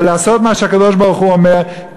ולעשות מה שהקדוש-ברוך-הוא אומר,